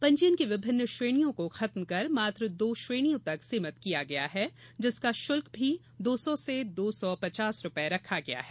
पंजीयन की विभिन्न श्रेणियों को खत्म कर मात्र दो श्रेणियों तक सीमित किया गया है जिसका शुल्क भी दो सौ से दो सौ पचास रूपये रखा गया है